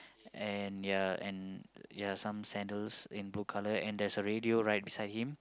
and ya and ya some sandals in blue color and there's a radio right beside him